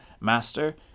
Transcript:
Master